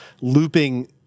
looping